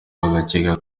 bagakeka